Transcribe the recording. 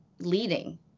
leading